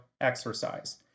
exercise